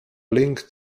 link